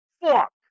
Fuck